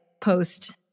post